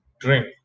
drink